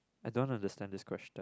I don't understand this question